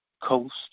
coast